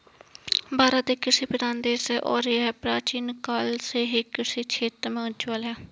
भारत एक कृषि प्रधान देश है और यह प्राचीन काल से ही कृषि क्षेत्र में अव्वल है